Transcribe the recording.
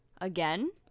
again